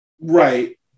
Right